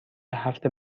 هفت